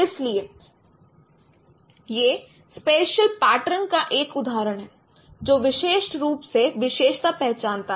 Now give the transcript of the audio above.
इसलिए यह spatial pattern का एक उदाहरण है जो विशिष्ट रूप से विशेषता पहचानता है